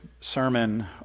sermon